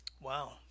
wow